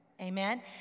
amen